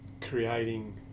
creating